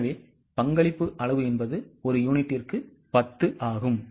எனவே பங்களிப்பு அளவு ஒரு யூனிட்டுக்கு 10 ஆகும்